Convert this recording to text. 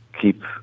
keep